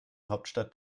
hauptstadt